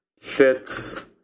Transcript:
shits